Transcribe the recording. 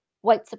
white